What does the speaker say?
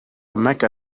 mecca